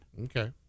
Okay